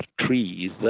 trees